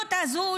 המדיניות הזו.